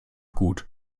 gut